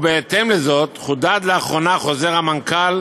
ובהתאם לזאת חודד לאחרונה חוזר המנכ"ל